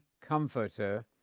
comforter